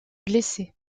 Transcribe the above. blessés